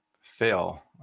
fail